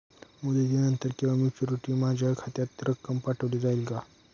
मुदतीनंतर किंवा मॅच्युरिटी माझ्या खात्यात रक्कम पाठवली जाईल का?